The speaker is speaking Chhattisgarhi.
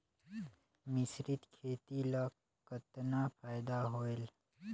मिश्रीत खेती ल कतना फायदा होयल?